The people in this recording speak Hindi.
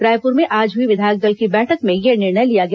रायपुर में आज हई विधायक दल की बैठक में यह निर्णय लिया गया